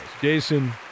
Jason